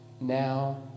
now